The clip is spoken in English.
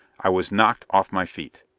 i was knocked off my feet!